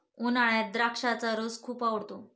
उन्हाळ्यात द्राक्षाचा रस खूप आवडतो